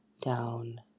down